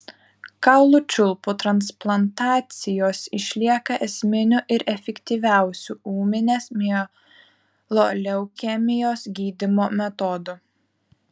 kaulų čiulpų transplantacijos išlieka esminiu ir efektyviausiu ūminės mieloleukemijos gydymo metodu